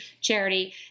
charity